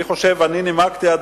אני נימקתי את